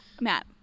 Matt